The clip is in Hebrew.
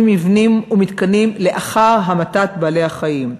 של מבנים ומתקנים לאחר המתת בעלי-החיים.